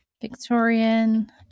victorian